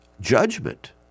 judgment